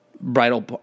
bridal